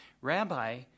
Rabbi